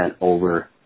over